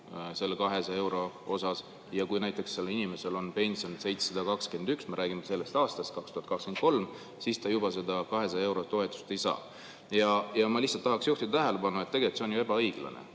selle 200 euro osas, aga kui näiteks inimesel on pension 721 [eurot] – me räägime sellest aastast, 2023 –, siis ta juba seda 200‑eurost toetust ei saa. Ma lihtsalt tahaksin juhtida tähelepanu, et tegelikult see on ju ebaõiglane,